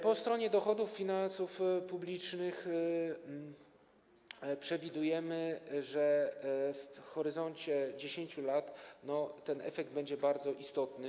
Po stronie dochodów finansów publicznych przewidujemy, że w horyzoncie 10 lat efekt będzie bardzo istotny.